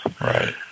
Right